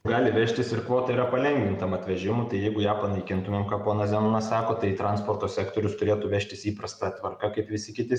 gali vežtis ir kvota yra palengvintam atvežimui tai jeigu ją panaikintumėm ką ponas zenonas sako tai transporto sektorius turėtų vežtis įprasta tvarka kaip visi kiti